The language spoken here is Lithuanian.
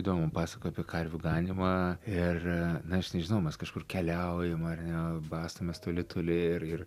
įdomu pasakojai apie karvių ganymą ir na aš nežinau mes kažkur keliaujam ar ne bastomės toli toli ir ir